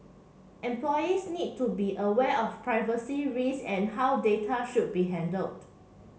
employees need to be aware of privacy risks and how data should be handled